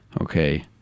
Okay